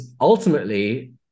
ultimately